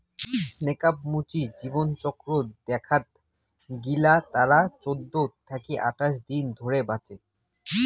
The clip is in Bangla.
নেকাব মুচি জীবনচক্র দেখাত গিলা তারা চৌদ্দ থাকি আঠাশ দিন ধরে বাঁচে